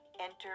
Enter